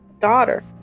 daughter